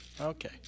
Okay